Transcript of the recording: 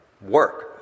work